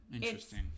Interesting